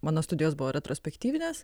mano studijos buvo retrospektyvinės